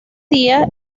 día